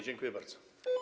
Dziękuję bardzo.